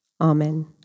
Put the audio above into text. Amen